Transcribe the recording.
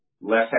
less